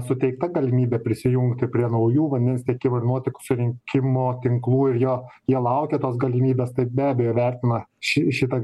suteikta galimybė prisijungti prie naujų vandens tiekimo ir nuotekų surinkimo tinklų ir jo jie laukė tos galimybės tai be abejo vertina ši šitą